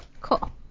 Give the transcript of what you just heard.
Cool